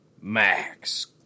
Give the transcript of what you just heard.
Max